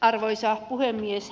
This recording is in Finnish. arvoisa puhemies